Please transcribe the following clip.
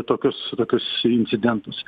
tokius tokius incidentus